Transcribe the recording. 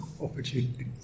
opportunities